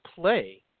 play